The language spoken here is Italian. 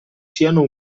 siano